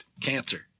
Cancer